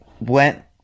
went